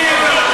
לא.